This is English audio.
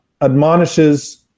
admonishes